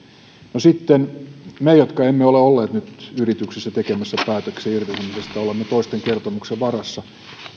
no sitten me jotka emme ole olleet nyt yrityksissä tekemässä päätöksiä irtisanomisista olemme toisten kertomusten varassa